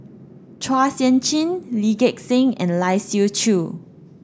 Chua Sian Chin Lee Gek Seng and Lai Siu Chiu